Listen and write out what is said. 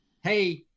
hey